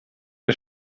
che